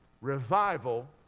Revival